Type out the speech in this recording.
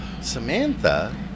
Samantha